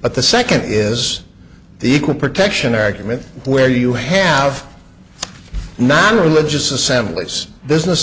but the second is the equal protection argument where you have non religious assemblies business